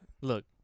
Look